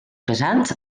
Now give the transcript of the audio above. pesants